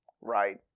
right